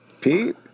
Pete